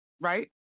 right